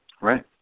right